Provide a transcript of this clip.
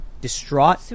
distraught